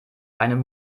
einem